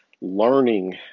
learning